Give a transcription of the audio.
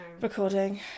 Recording